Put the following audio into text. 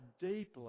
deeply